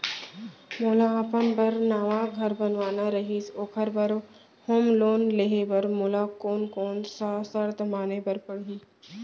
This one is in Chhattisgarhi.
मोला अपन बर नवा घर बनवाना रहिस ओखर बर होम लोन लेहे बर मोला कोन कोन सा शर्त माने बर पड़ही?